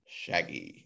shaggy